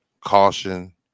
Caution